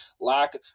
lack